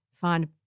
find